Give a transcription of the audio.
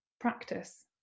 practice